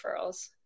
referrals